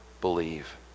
believe